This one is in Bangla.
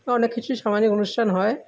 অনেক কিছু সামাজিক অনুষ্ঠান হয়